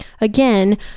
again